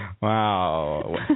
Wow